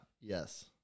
yes